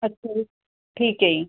ਅੱਛਾ ਜੀ ਠੀਕ ਹੈ ਜੀ